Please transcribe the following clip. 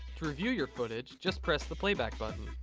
to review your footage, just press the playback button.